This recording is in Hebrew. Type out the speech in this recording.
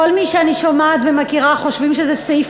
כל מי שאני שומעת ומכירה חושבים שזה סעיף